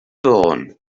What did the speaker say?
fôn